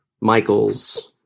michael's